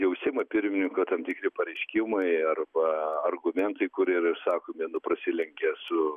jau seimo pirmininko tam tikri pareiškimai arba argumentai kurie yra išsakomi nu prasilenkia su